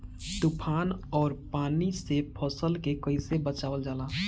तुफान और पानी से फसल के कईसे बचावल जाला?